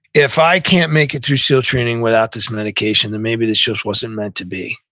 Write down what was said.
if i can't make it through seal training without this medication, then maybe this just wasn't meant to be.